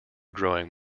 growing